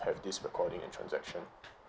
have this recording in transaction